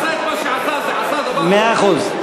מי שעשה את מה שעשה, עשה דבר, מאה אחוז.